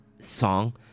song